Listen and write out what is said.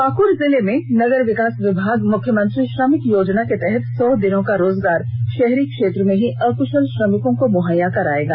पाक्ड़ जिले में नगर विकास विभाग मुख्यमंत्री श्रमिक योजना के तहत सौ दिनों का रोजगार शहरी क्षेत्र में ही अकुशल श्रमिकों को मुहैया कराएगा